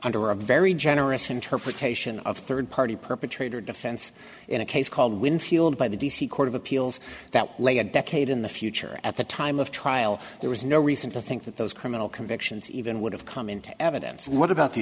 under a very generous interpretation of third party perpetrator defense in a case called winfield by the d c court of appeals that lay a decade in the future at the time of trial there was no reason to think that those criminal convictions even would have come into evidence what about the